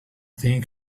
think